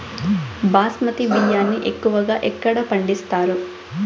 బాస్మతి బియ్యాన్ని ఎక్కువగా ఎక్కడ పండిస్తారు?